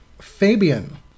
Fabian